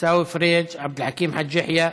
עיסאווי פריג'; עבד אל חכים חאג' יחיא,